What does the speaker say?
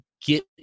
get